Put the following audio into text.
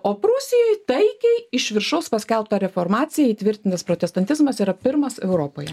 o prūsijoj taikiai iš viršaus paskelbta reformacija įtvirtintas protestantizmas yra pirmas europoje